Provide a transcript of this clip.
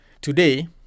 Today